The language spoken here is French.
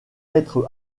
être